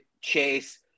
chase